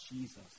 Jesus